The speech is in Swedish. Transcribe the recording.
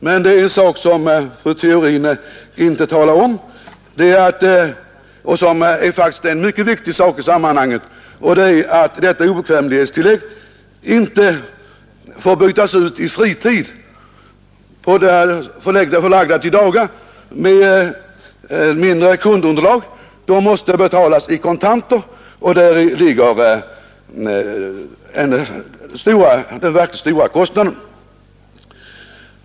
Men det är en sak som fru Theorin inte talar om men som faktiskt är mycket viktig i sammanhanget, nämligen att detta obekvämlighetstillägg inte får bytas ut i fritid förlagt till andra dagar med mindre kundunderlag. Det måste betalas ut i kontanter. Däri ligger den verkligt stora kostnaden.